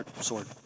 sword